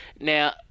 Now